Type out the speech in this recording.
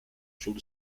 sud